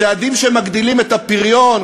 צעדים שמגדילים את הפריון,